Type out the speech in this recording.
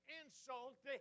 insult